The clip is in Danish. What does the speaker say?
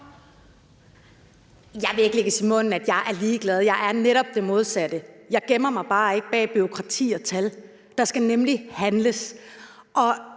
Jeg vil ikke lægges i munden, at jeg er ligeglad. Jeg er netop det modsatte. Jeg gemmer mig bare ikke bag bureaukrati og tal. Der skal selvfølgelig handles.